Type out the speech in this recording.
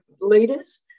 leaders